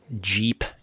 Jeep